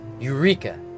Eureka